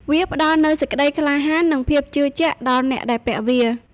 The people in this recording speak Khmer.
វាផ្តល់នូវសេចក្តីក្លាហាន និងភាពជឿជាក់ដល់អ្នកដែលពាក់វា។